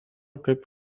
kaip